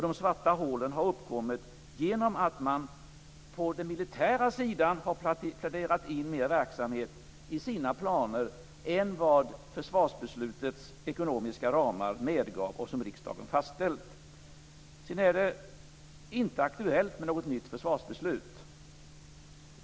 De svarta hålen har uppkommit genom att man på den militära sidan planerat in mer verksamhet än vad försvarsbeslutets ekonomiska ramar, som riksdagen fastställt, medgav. Det är inte aktuellt med något nytt försvarsbeslut.